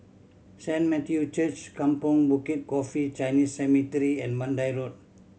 Saint Matthew Church Kampong Bukit Coffee Chinese Cemetery and Mandai Road